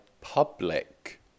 public